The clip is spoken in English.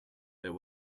but